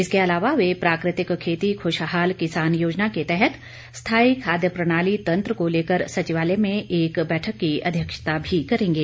इसके अलावा वे प्राकृतिक खेती खुशहाल किसान योजना के तहत स्थायी खाद्य प्रणाली तंत्र को लेकर सचिवालय में एक बैठक की अध्यक्षता भी करेंगे